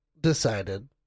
decided